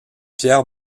pierre